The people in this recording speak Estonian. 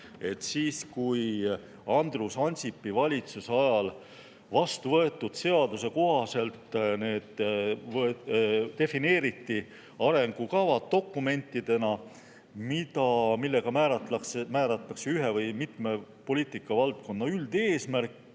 Siis, kui Andrus Ansipi valitsuse ajal vastu võetud seaduse kohaselt defineeriti arengukavad dokumentidena, millega määratakse ühe või mitme poliitikavaldkonna üldeesmärgid